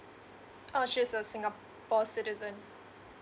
uh she's a singapore citizen